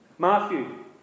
Matthew